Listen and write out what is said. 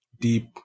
deep